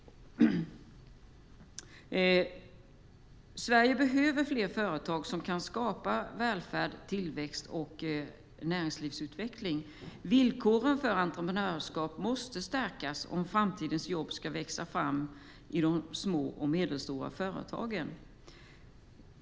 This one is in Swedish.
Sverige behöver fler företag som kan skapa välfärd, tillväxt och näringslivsutveckling. Villkoren för entreprenörskap måste stärkas om framtidens jobb ska växa fram i de små och medelstora företagen.